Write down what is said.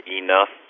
enough